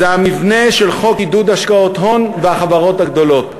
זה המבנה של חוק עידוד השקעות הון והחברות הגדולות.